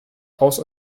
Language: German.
aus